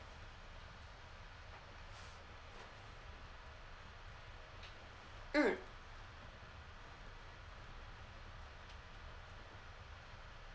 mm